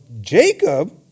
Jacob